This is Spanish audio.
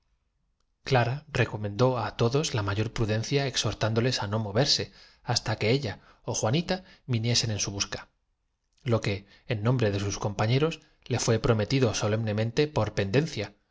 clara recomendó á todos la mayor prudencia ex hortándoles á no moverse hasta que ella ó juanita vi niesen en su busca lo que en nombre de sus compa ñeros le fué prometido solemnemente por pendencia